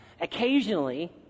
occasionally